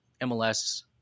MLS